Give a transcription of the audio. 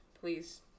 please